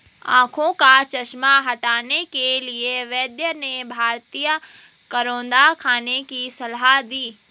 आंखों का चश्मा हटाने के लिए वैद्य ने भारतीय करौंदा खाने की सलाह दी